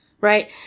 Right